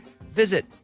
visit